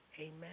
Amen